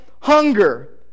hunger